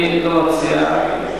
הוא חשב שתציע לו את הזמן של אורי מקלב.